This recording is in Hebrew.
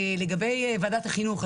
לגבי ועדת החינוך,